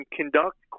conduct